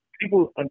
people